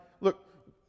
look